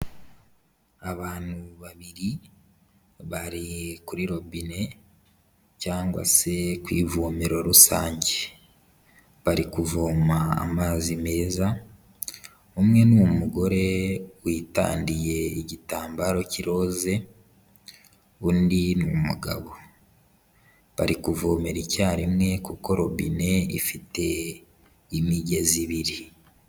Abantu babiri, bari kuri robine cyangwa se ku ivomero rusange, bari kuvoma amazi meza, umwe ni umugore witandiye igitambaro k'iroze, undi ni umugabo, bari kuvomera icyarimwe kuko robine ifite imigezi ibiri.